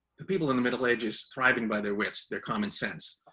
the people in the middle ages, thriving by their wits, their common sense,